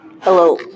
Hello